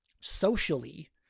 socially